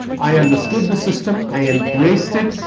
i understood the system. i embraced it.